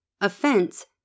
offense